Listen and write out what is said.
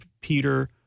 Peter